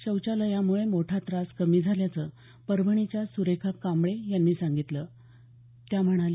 शौचालयामुळे मोठा त्रास कमी झाल्याचं परभणीच्या सुरेखा कांबळे यांनी सांगितलं त्या म्हणाल्या